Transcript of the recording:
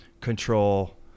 control